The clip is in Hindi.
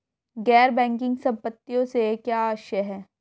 गैर बैंकिंग संपत्तियों से क्या आशय है?